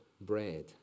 bread